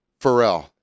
Pharrell